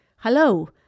Hello